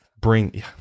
bring